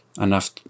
enough